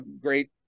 great